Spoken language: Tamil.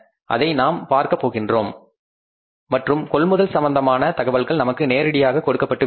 அதை நாம் பார்க்க போகிறோம் மற்றும் கொள்முதல் சம்பந்தமான தகவல்கள் நமக்கு நேரடியாக கொடுக்கப்பட்டு விட்டன